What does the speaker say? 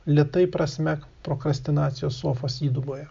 lėtai prasmek prokrastinacijos sofos įduboje